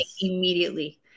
Immediately